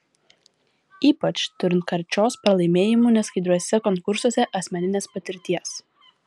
ypač turint karčios pralaimėjimų neskaidriuose konkursuose asmeninės patirties